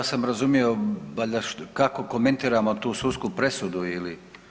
Ja sam razumio valjda kako komentiramo tu sudsku presudu ili?